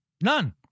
None